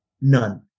None